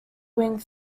wing